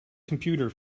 computer